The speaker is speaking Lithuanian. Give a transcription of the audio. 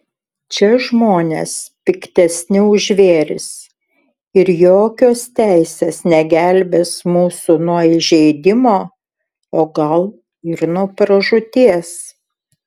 čia žmonės piktesni už žvėris ir jokios teisės negelbės mūsų nuo įžeidimo o gal ir nuo pražūties